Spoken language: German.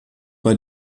bei